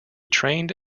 trained